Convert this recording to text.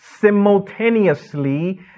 simultaneously